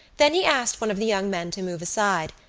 then he asked one of the young men to move aside,